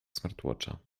smartwatcha